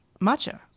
matcha